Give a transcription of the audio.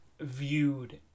viewed